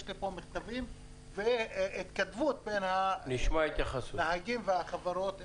יש לי כאן מכתבים והתכתבות בין הנהגים והחברות.